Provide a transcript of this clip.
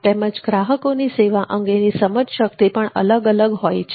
તેમજ ગ્રાહકોની સેવા અંગેની સમજ શક્તિ પણ અલગ અલગ હોય છે